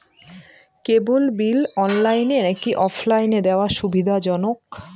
কেবল bill অনলাইনে নাকি অফলাইনে দেওয়া সুবিধাজনক?